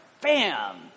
Bam